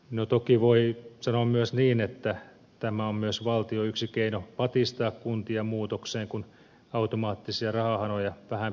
no toki voi sanoa myös niin että tämä on myös valtion yksi keino patistaa kuntia muutokseen kun automaattisia rahahanoja vähän pienennetään